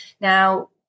now